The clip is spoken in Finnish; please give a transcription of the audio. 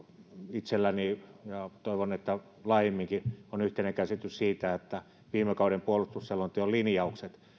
itselläni on käsitys ja toivon että laajemminkin on yhteinen käsitys siitä että viime kauden puolustusselonteon linjaukset